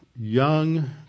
young